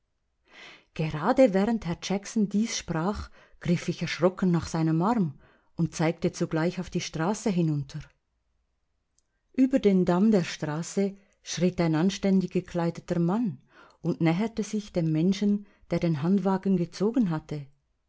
gerade während herr jackson dies sprach griff ich erschrocken nach seinem arm und zeigte zugleich auf die straße hinunter über den damm der straße schritt ein anständig gekleideter mann und näherte sich dem menschen der den handwagen gezogen hatte